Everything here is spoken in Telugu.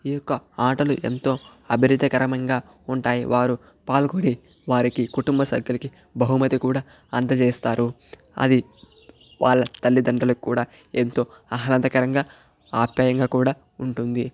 ఈ యొక్క ఆటలు ఎంతో అభిరితకరంగా ఉంటాయి వారు పాల్గొని వారికి కుటుంబ సభ్యులకి బహుమతి కూడా అందజేస్తారు అది వాళ్ళ తల్లిదండ్రులకు కూడా ఎంతో ఆహ్లాదకరంగా ఆప్యాయంగా కూడా ఉంటుంది